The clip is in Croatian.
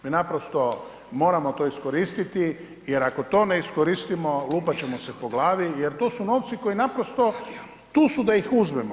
Mi naprosto moramo to iskoristiti jer ako to ne iskoristimo lupati ćemo se po glavi jer to su novci koji naprosto, tu su da ih uzmemo.